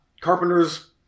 Carpenter's